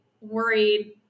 worried